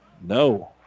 No